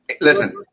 Listen